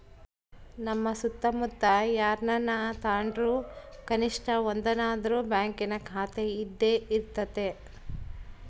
ನಮ್ಮ ಸುತ್ತಮುತ್ತ ಯಾರನನ ತಾಂಡ್ರು ಕನಿಷ್ಟ ಒಂದನಾದ್ರು ಬ್ಯಾಂಕಿನ ಖಾತೆಯಿದ್ದೇ ಇರರ್ತತೆ